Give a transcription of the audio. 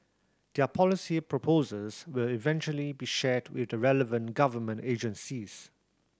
their policy proposals will eventually be shared with the relevant government agencies